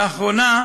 לאחרונה,